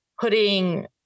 putting